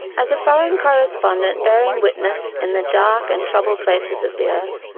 as a foreign correspondent bearing witness in the dark and troubled places of the earth,